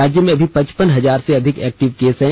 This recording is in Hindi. राज्य में अभी पचपन हजार से अधिक एक्टिव केस हैं